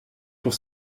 pour